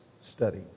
study